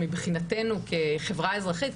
שמבחינתנו כחברה אזרחית,